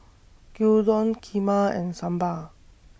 Gyudon Kheema and Sambar